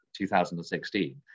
2016